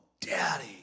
Daddy